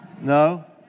No